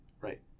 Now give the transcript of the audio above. Right